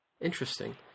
Interesting